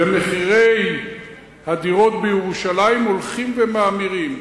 ומחירי הדירות בירושלים הולכים ומאמירים.